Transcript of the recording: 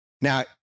Now